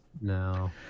No